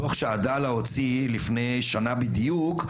בדוח שעדאללה הוציא לפני שנה בדיוק,